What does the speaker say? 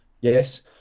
Yes